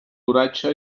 oratge